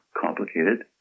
complicated